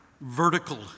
Vertical